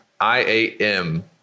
I-A-M